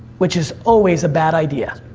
which is always a bad idea,